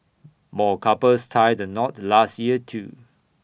more couples tied the knot last year too